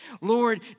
Lord